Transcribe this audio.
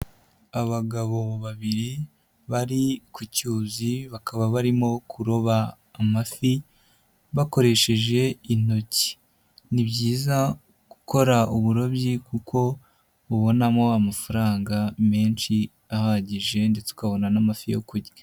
Abagabo babiri bari ku cyuzi, bakaba barimo kuroba amafi, bakoresheje intoki. Ni byiza gukora uburobyi kuko ubonamo amafaranga menshi ahagije ndetse ukabona n'amafi yo kurya.